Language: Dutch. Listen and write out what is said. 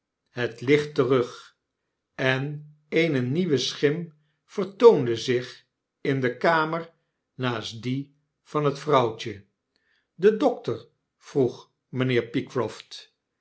het licht terug en eene nieuwe schim vertoonde zich in de kamer naast die van het vrouwtje de dokter vroeg mijnheer pycroft